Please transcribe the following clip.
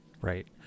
right